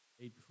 Eight